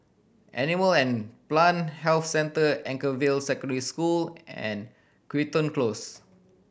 Animal and Plant Health Centre Anchorvale Secondary School and Crichton Close